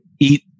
eat